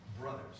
Brothers